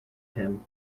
him